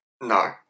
no